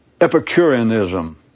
Epicureanism